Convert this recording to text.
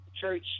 Church